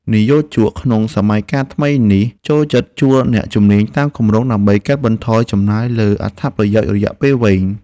និយោជកក្នុងសម័យកាលថ្មីនេះចូលចិត្តជួលអ្នកជំនាញតាមគម្រោង ដើម្បីកាត់បន្ថយចំណាយលើអត្ថប្រយោជន៍រយៈពេលវែង។